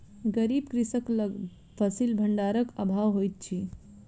गरीब कृषक लग फसिल भंडारक अभाव होइत अछि